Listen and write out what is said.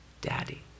Daddy